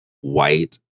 white